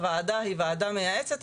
הוועדה היא ועדה מייעצת,